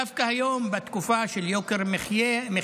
דווקא היום, בתקופה של יוקר מחיה,